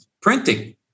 printing